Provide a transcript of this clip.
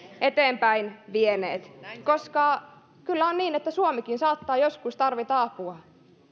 eteenpäin vieneet koska kyllä on niin että suomikin saattaa joskus tarvita apua